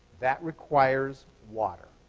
that requires water.